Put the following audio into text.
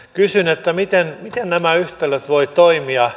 kysyn miten nämä yhtälöt voivat toimia